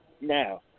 Now